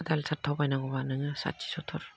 आधा लिटार थाव बायनांगौबा नोङो साथि सत्थुर